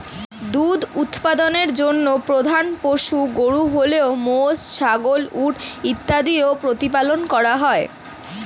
দুধ উৎপাদনের জন্য প্রধান পশু গরু হলেও মোষ, ছাগল, উট ইত্যাদিও প্রতিপালন করা হয়ে থাকে